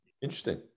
Interesting